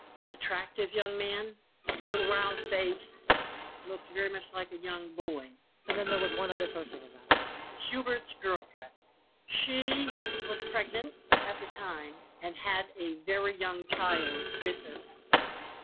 an attractive young man, a little round face looked very much like a young boy and then there was one other person in that house, hubert's girlfriend she was pregnant at the time and had a very young child with her at the time.